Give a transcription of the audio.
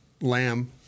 Lamb